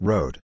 Road